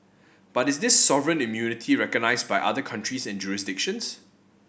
but is this sovereign immunity recognised by other countries and jurisdictions